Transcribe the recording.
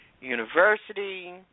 University